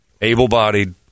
able-bodied